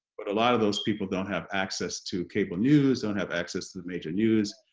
but a lot of those people don't have access to cable news, don't have access to the major news,